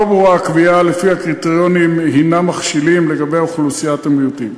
לא ברורה הקביעה שלפיה הקריטריונים הם מכשילים לגבי אוכלוסיית המיעוטים.